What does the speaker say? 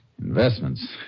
Investments